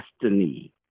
destiny